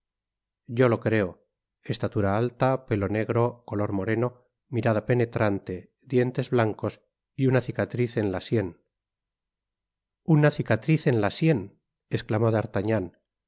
yo lo creo estatura alta pelo negro color moreno mirada penetrante dientes blancos y una cicatriz en la sien v una cicatriz en la sien esclamó d'artagnan